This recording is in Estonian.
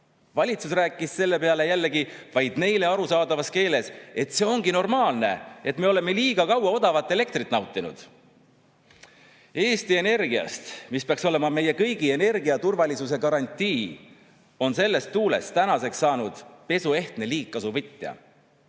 Valitsus rääkis selle peale jällegi vaid neile arusaadavas keeles, et see ongi normaalne ja me olemegi liiga kaua odavat elektrit nautinud. Eesti Energiast, mis peaks olema meie kõigi energiaturvalisuse garantii, on selles tuules tänaseks saanud pesuehtne liigkasuvõtja.